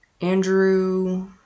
Andrew